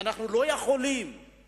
והנה אנחנו לא שומעים את